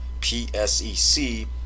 PSEC